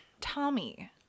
Tommy